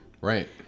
Right